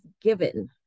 given